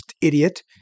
idiot